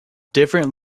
different